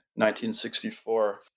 1964